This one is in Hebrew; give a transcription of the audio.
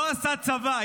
לא עשה צבא,